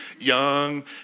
Young